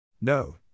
No